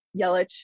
Yelich